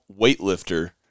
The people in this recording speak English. weightlifter